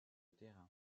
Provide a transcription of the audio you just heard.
terrain